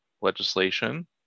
legislation